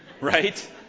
right